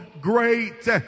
great